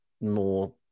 more